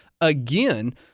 again